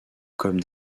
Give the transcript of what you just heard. comme